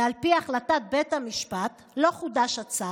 ועל פי החלטת בית המשפט, לא חודש הצו.